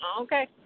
Okay